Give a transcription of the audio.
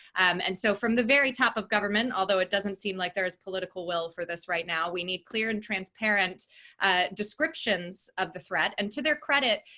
and so from the very top of government, although it doesn't seem like there is political will for this right now, we need clear and transparent descriptions of the threat. and to their credit,